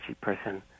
person